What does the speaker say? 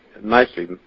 mostly